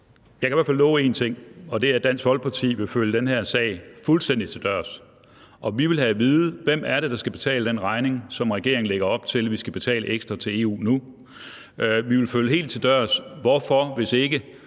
Jeg kan i hvert fald love én ting, og det er, at Dansk Folkeparti vil følge den her sag fuldstændig til dørs. Og vi vil have at vide, hvem det er, der skal betale den regning, som regeringen lægger op til at vi nu skal betale ekstra til EU. Vi vil følge helt til dørs, hvorfor regeringen